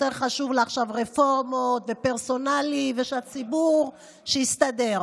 יותר חשוב לה עכשיו רפורמות ופרסונלי ושהציבור יסתדר.